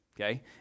okay